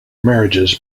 marriages